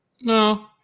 No